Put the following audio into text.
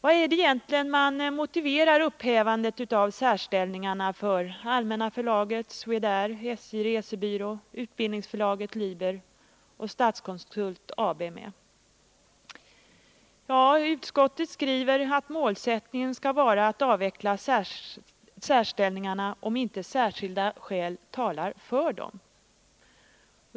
Med vad motiverar man egentligen upphävandet av särställningarna för Allmänna Förlaget, Swedair, SJ:s resebyråer, Utbildningsförlaget Liber och Statskonsult AB? Utskottet skriver att målsättningen skall vara att avveckla särställningarna om inte särskilda skäl talar för dem.